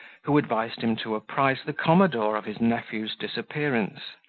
who advised him to apprise the commodore of his nephew's disappearance,